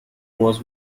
was